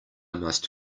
must